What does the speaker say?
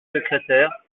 secrétaire